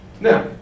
Now